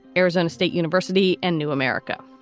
arizona state university and new america.